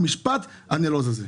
מהמשפט הנלוז הזה.